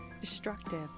destructive